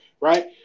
right